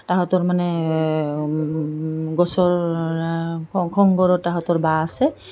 সিহঁতৰ মানে গছৰ খোৰোং সিহঁতৰ বাঁহ আছে